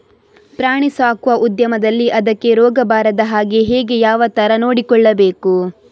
ಪ್ರಾಣಿ ಸಾಕುವ ಉದ್ಯಮದಲ್ಲಿ ಅದಕ್ಕೆ ರೋಗ ಬಾರದ ಹಾಗೆ ಹೇಗೆ ಯಾವ ತರ ನೋಡಿಕೊಳ್ಳಬೇಕು?